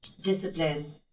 discipline